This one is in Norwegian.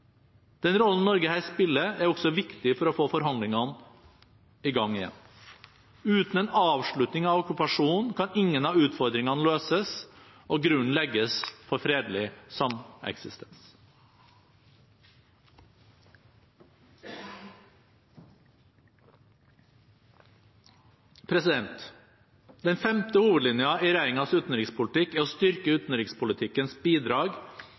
Den rollen Norge her spiller, er også viktig for å få forhandlingene i gang igjen. Uten en avslutning av okkupasjonen kan ingen av utfordringene løses og grunnen legges for fredelig sameksistens. Den femte hovedlinjen i regjeringens utenrikspolitikk er å styrke utenrikspolitikkens bidrag